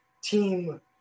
team